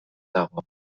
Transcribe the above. dago